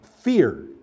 fear